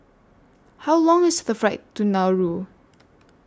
How Long IS The Flight to Nauru